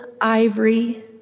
ivory